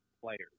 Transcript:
players